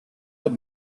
old